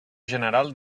general